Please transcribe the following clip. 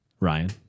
Ryan